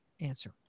answer